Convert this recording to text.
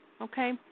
okay